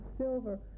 silver